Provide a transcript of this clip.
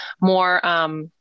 more